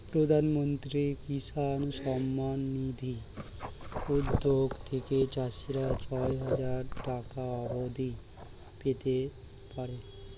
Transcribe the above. প্রধানমন্ত্রী কিষান সম্মান নিধি উদ্যোগ থেকে চাষিরা ছয় হাজার টাকা অবধি পেতে পারে